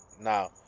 Now